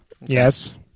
Yes